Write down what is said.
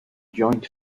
joint